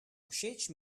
všeč